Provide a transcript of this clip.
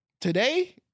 Today